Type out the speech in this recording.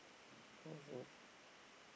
oh so